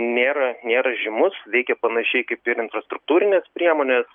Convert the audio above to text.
nėra nėra žymus veikia panašiai kaip ir infrastruktūrinės priemonės